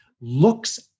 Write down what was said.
looks